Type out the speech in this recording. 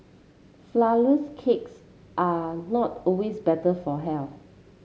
flourless cakes are not always better for health